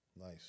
Nice